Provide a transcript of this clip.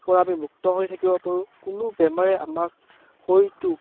পৰা আমি মুক্ত হৈ থাকিব পাৰোঁ কোনো বেমাৰে আমাক শৰীৰটো